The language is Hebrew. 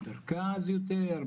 במרכז יותר,